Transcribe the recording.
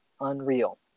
unreal